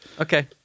Okay